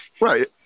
Right